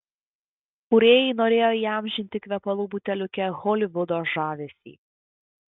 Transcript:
kūrėjai norėjo įamžinti kvepalų buteliuke holivudo žavesį